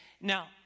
now